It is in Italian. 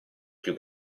più